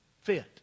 fit